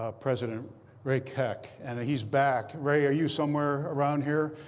ah president ray keck. and he's back. ray, are you somewhere around here?